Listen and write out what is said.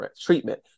treatment